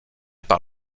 par